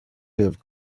have